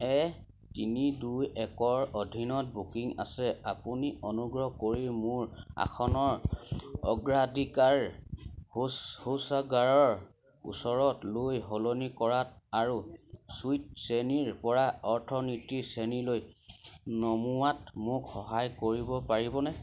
এ তিনি দুই একৰ অধীনত বুকিং আছে আপুনি অনুগ্ৰহ কৰি মোৰ আসনৰ অগ্ৰাধিকাৰ শৌচাগাৰৰ ওচৰতলৈ সলনি কৰাত আৰু চুইট শ্ৰেণীৰপৰা অৰ্থনীতি শ্ৰেণীলৈ নমোৱাত মোক সহায় কৰিব পাৰিবনে